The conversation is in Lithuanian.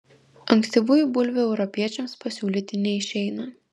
ankstyvųjų bulvių europiečiams pasiūlyti neišeina